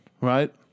right